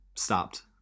stopped